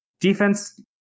defense